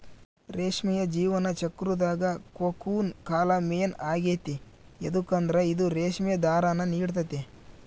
ರೇಷ್ಮೆಯ ಜೀವನ ಚಕ್ರುದಾಗ ಕೋಕೂನ್ ಕಾಲ ಮೇನ್ ಆಗೆತೆ ಯದುಕಂದ್ರ ಇದು ರೇಷ್ಮೆ ದಾರಾನ ನೀಡ್ತತೆ